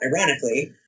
ironically